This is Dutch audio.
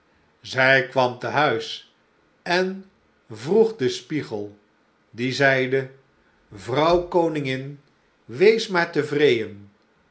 zij kwam te huis en vroeg den spiegel die zeide vrouw koningin wees maar tevreên